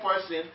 person